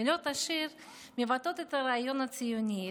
מילות השיר מבטאות את הרעיון הציוני,